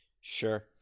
Sure